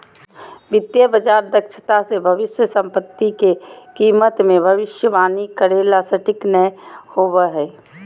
वित्तीय बाजार दक्षता मे भविष्य सम्पत्ति के कीमत मे भविष्यवाणी करे ला सटीक नय होवो हय